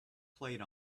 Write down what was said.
played